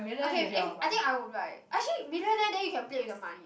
okay eh I think I would like actually millionaire then you can play with the money